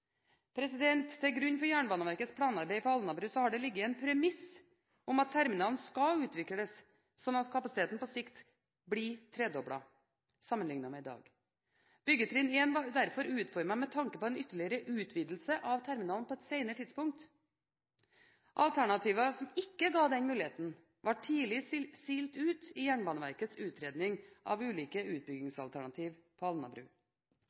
Til grunn for Jernbaneverkets planarbeid på Alnabru har det ligget et premiss om at terminalen skal utvikles slik at kapasiteten på sikt blir tredoblet sammenlignet med i dag. Byggetrinn 1 var derfor utformet med tanke på en ytterligere utvidelse av terminalen på et senere tidspunkt. Alternativer som ikke ga denne muligheten, ble tidlig silt ut i Jernbaneverkets utredning av ulike utbyggingsalternativer på Alnabru.